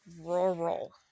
rural